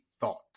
Thought